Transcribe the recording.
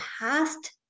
past